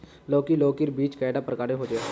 लौकी लौकीर बीज कैडा प्रकारेर होचे?